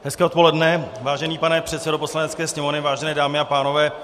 Hezké odpoledne, vážený pane předsedo Poslanecké sněmovny, vážené dámy a pánové.